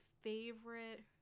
favorite